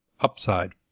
upside